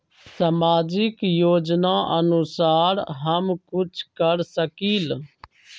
सामाजिक योजनानुसार हम कुछ कर सकील?